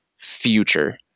future